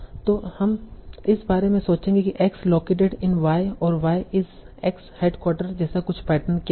तो हम इस बारे में सोचेंगे कि x लोकेटेड इन y और y इस x हेडक्वार्टर जैसा कुछ पैटर्न क्या है